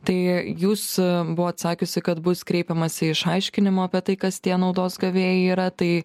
tai jūs buvot sakiusi kad bus kreipiamasi išaiškinimo apie tai kas tie naudos gavėjai yra tai